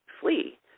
Flee